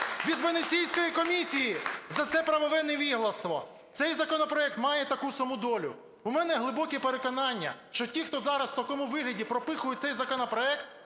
від Венеційської комісії за це правове невігластво. Цей законопроект має таку саму долю. У мене глибоке переконання, що ті, хто зараз в такому вигляді "пропихують" цей законопроект,